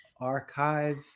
archive